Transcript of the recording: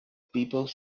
people